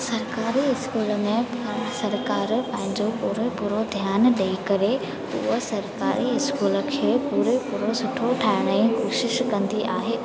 सरकारी स्कूल में सरकारु पंहिंजो पूरे पूरो ध्यानु ॾेई करे उहा सरकारी स्कूल खे पूरे पूरो सुठो ठाहिण जी कोशिशि कंदी आहे